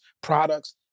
products